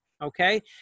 okay